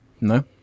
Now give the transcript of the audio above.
No